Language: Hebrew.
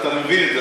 אתה מבין את זה,